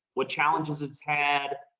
what challenges it's had,